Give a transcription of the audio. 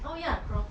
oh ya crocs